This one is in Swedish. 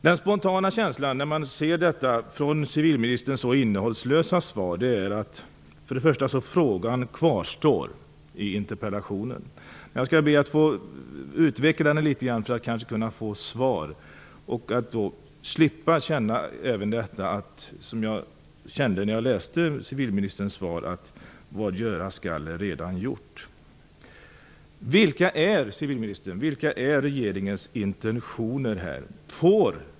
Den spontana känslan efter civilministerns så innehållslösa svar är att frågan i interpellationen kvarstår. Jag skall be att få utveckla den litet för att kanske kunna få svar och slippa känna det jag kände efter att ha läst svaret: Vad göras skall är allaredan gjort. Vilka är regeringens intentioner här?